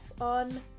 on